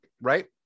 right